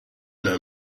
know